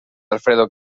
alfredo